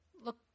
look